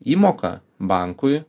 įmoka bankui